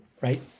right